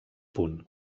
punt